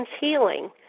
healing